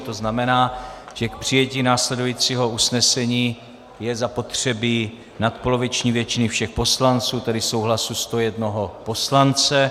To znamená, že k přijetí následujícího usnesení je zapotřebí nadpoloviční většiny všech poslanců, tedy souhlasu 101 poslance.